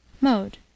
Mode